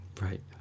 Right